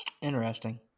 Interesting